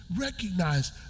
recognize